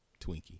Twinkie